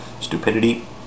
Stupidity